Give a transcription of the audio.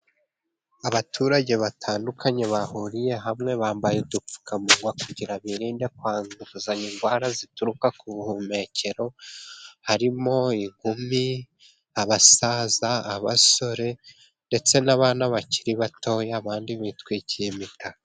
Abaturage batandukanye bahuriye hamwe, bambaye udupfukamunwa kugira ngo birinde kwanduzanya indwara zituruka ku buhumekero. Harimo inkumi, abasaza, abasore ndetse n'abana bakiri batoya abandi bitwikiye imitaka.